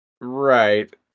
right